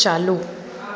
चालू